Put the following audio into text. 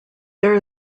there